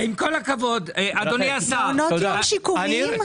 אדוני, מעונות יום שיקומיים.